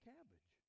Cabbage